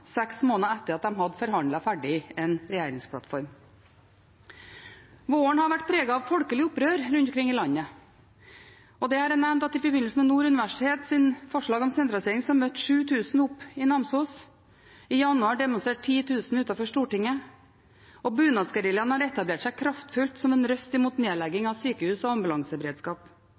seks måneder etter at de har forhandlet ferdig en regjeringsplattform. Våren har vært preget av folkelig opprør rundt omkring i landet. Jeg har nevnt at i forbindelse med Nord universitets forslag om sentralisering møtte 7 000 opp i Namsos. I januar demonstrerte 10 000 utenfor Stortinget. Bunadsgeriljaen har etablert seg kraftfullt som en røst mot nedlegging av sykehus og ambulanseberedskap.